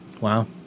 Wow